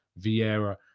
Vieira